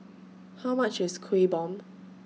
How much IS Kueh Bom